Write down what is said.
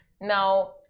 Now